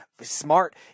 smart